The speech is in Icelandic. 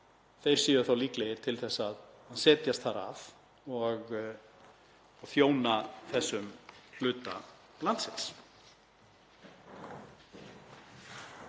þeir séu líklegir til að setjast þar að og þjóna þessum hluta landsins.